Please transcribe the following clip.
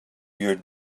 your